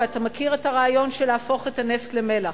ואתה מכיר את הרעיון של להפוך את הנפט למלח.